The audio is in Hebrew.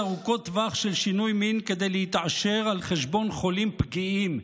ארוכות טווח של שינוי מין כדי להתעשר על חשבון חולים פגיעים,